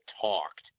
talked